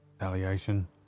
retaliation